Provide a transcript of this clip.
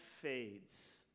fades